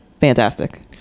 fantastic